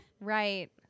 Right